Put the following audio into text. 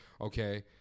okay